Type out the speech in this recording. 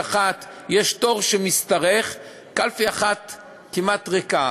אחת יש תור שמשתרך וקלפי אחת כמעט ריקה.